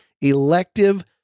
elective